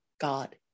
God